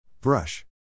Brush